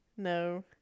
No